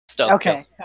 Okay